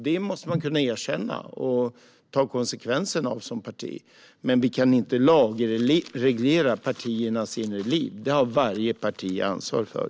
Det måste man kunna erkänna och ta konsekvenserna av som parti. Men vi kan inte lagreglera partiernas inre liv. Det har varje parti ansvar för.